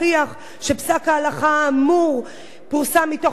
האמור פורסם מתוך מטרה להסית לגזענות.